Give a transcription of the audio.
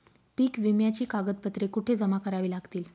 पीक विम्याची कागदपत्रे कुठे जमा करावी लागतील?